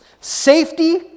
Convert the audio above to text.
safety